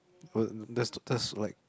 was that's that's like